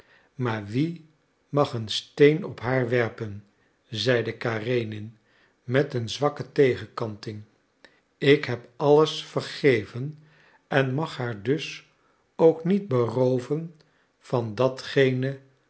maar wie mag een steen op haar werpen zeide karenin met een zwakke tegenkanting ik heb alles vergeven en mag haar dus ook niet berooven van datgene